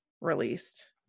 released